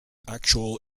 actual